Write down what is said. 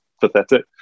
pathetic